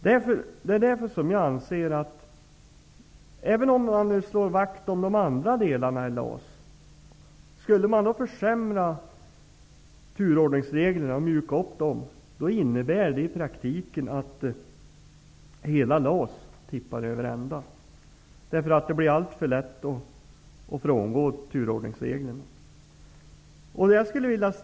Därför anser jag att även om man slår vakt om de andra delarna i LAS innebär det om man försämrar och mjukar upp turordningsreglerna i praktiken att hela LAS tippar över ända. Det blir då alltför lätt att frångå turordningsreglerna.